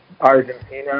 Argentina